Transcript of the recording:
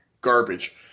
garbage